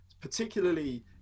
particularly